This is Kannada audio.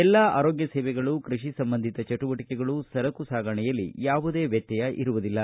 ಎಲ್ಲಾ ಆರೋಗ್ಯ ಸೇವೆಗಳು ಕೃಷಿ ಸಂಬಂಧಿತ ಚಟುವಟಿಕೆಗಳು ಸರಕು ಸಾಗಣೆಯಲ್ಲಿ ಯಾವುದೇ ವ್ಯತ್ಯಯ ಇರುವುದಿಲ್ಲ